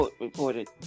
reported